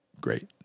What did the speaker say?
great